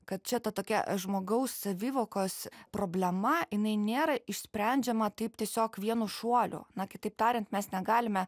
kad čia ta tokia žmogaus savivokos problema jinai nėra išsprendžiama taip tiesiog vienu šuoliu na kitaip tariant mes negalime